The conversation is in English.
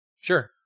sure